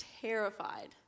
terrified